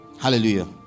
Hallelujah